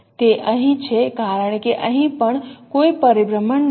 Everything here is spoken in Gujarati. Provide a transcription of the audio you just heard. તે અહીં છે કારણ કે અહીં પણ કોઈ પરિભ્રમણ નથી